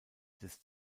des